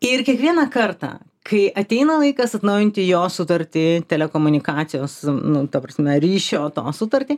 ir kiekvieną kartą kai ateina laikas atnaujinti jo sutartį telekomunikacijos nu ta prasme ryšio to sutartį